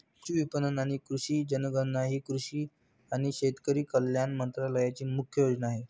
कृषी विपणन आणि कृषी जनगणना ही कृषी आणि शेतकरी कल्याण मंत्रालयाची मुख्य योजना आहे